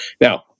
Now